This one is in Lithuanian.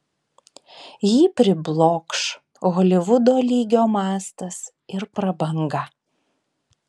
jį priblokš holivudo lygio mastas ir prabanga